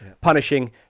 punishing